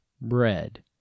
bread